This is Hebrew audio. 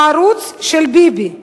הערוץ של ביבי,